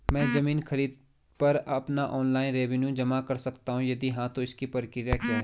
मैं ज़मीन खरीद पर अपना ऑनलाइन रेवन्यू जमा कर सकता हूँ यदि हाँ तो इसकी प्रक्रिया क्या है?